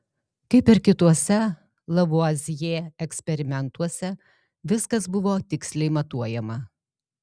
kaip ir kituose lavuazjė eksperimentuose viskas buvo tiksliai matuojama